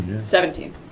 Seventeen